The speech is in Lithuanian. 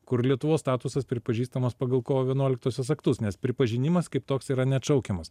kur lietuvos statusas pripažįstamas pagal kovo vienuoliktosios aktus nes pripažinimas kaip toks yra neatšaukiamas